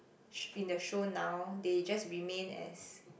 sh~ in the show now they just remain as